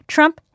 Trump